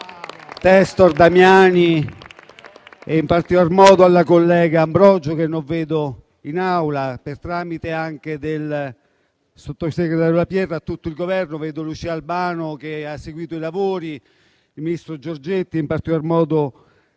Testor, Damiani e, in particolar modo, alla collega Ambrogio, che non vedo in Aula, per tramite anche del sottosegretario La Pietra, a tutto il Governo. Vedo Lucia Albano, che ha seguito i lavori, il ministro Giorgetti e saluto, in particolar modo,